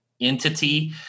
entity